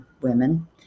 women